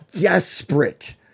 desperate